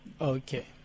Okay